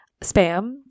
spam